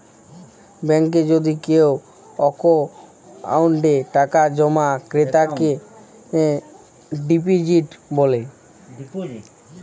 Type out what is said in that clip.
ব্যাংকে যদি কেও অক্কোউন্টে টাকা জমা ক্রেতাকে ডিপজিট ব্যলে